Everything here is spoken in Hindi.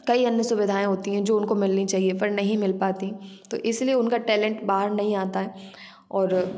कई अन्य सुविधाएं होती हैं जो उनको मिलनी चाहिए पर नहीं मिल पातीं तो इसलिए उनका टैलेंट बाहर नहीं आता है और